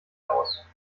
aus